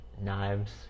knives